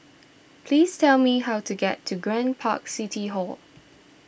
please tell me how to get to Grand Park City Hall